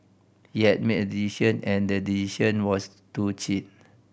he had made a decision and the decision was to cheat